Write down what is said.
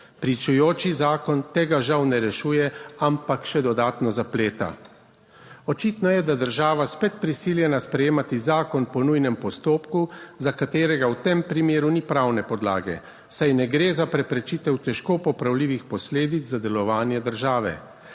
Pričujoči zakon tega žal ne rešuje, ampak še dodatno zapleta. Očitno je, da je država spet prisiljena sprejemati zakon po nujnem postopku, za katerega v tem primeru ni pravne podlage. Saj ne gre za preprečitev težko popravljivih posledic za delovanje države.